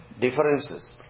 differences